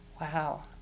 wow